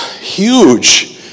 Huge